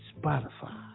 Spotify